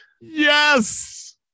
Yes